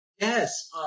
Yes